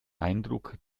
eindruck